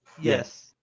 Yes